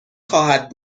خواهد